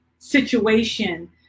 situation